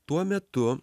tuo metu